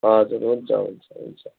हजुर हुन्छ हुन्छ हुन्छ